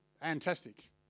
Fantastic